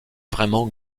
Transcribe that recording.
vraiment